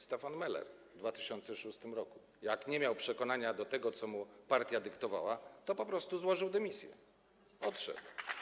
Stefan Meller w 2006 r., jak nie miał przekonania do tego, co mu partia dyktowała, to po prostu złożył dymisję, odszedł.